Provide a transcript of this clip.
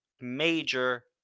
major